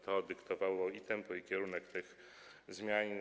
To dyktowało i tempo, i kierunek tych zmian.